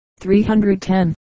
310